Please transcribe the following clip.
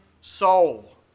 soul